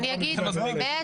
אני אגיד, בעצם